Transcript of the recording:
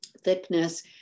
thickness